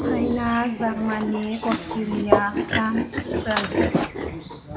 China Germany Australia France Brazil